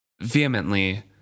vehemently